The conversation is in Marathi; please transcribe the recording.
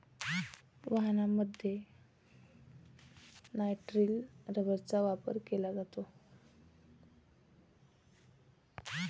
वाहनांमध्ये नायट्रिल रबरचा वापर केला जातो